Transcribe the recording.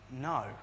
No